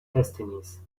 destinies